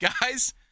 Guys